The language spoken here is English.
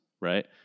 right